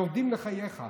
יורדים לחייך,